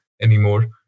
anymore